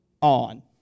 on